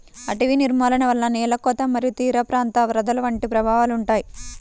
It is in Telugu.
అటవీ నిర్మూలన వలన నేల కోత మరియు తీరప్రాంత వరదలు వంటి ప్రభావాలు ఉంటాయి